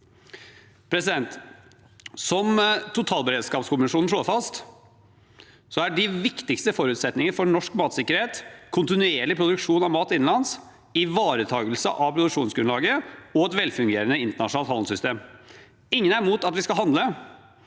Som totalberedskapskommisjonen slår fast, er de viktigste forutsetningene for norsk matsikkerhet kontinuerlig produksjon av mat innenlands, ivaretakelse av produksjonsgrunnlaget og et velfungerende internasjonalt handelssystem. Ingen er imot at vi skal handle,